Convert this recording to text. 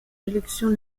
élections